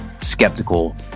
skeptical